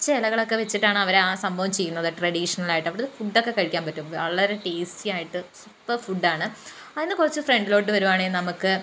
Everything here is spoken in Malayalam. പച്ച ഇലകളൊക്കെ വെച്ചിട്ടാണ് അവരാ സംഭവം ചെയ്യുന്നത് ട്രഡീഷണലായിട്ട് അവിടുത്തെ ഫുഡൊക്കെ കഴിക്കാൻ പറ്റും വളരെ ടേസ്റ്റി ആയിട്ട് സൂപ്പർ ഫുഡാണ് അതിൻ്റെ കുറച്ച് ഫ്രണ്ടിലോട്ട് വരുവാണെങ്കിൽ നമുക്ക്